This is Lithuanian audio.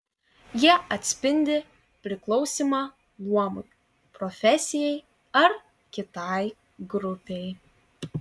jie atspindi priklausymą luomui profesijai ar kitai grupei